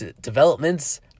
developments